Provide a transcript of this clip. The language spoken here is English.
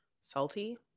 salty